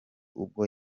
ubwo